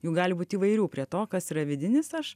jų gali būt įvairių prie to kas yra vidinis aš